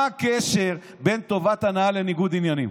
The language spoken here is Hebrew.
מה הקשר בין טובת הנאה לניגוד עניינים?